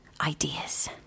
ideas